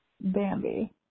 Bambi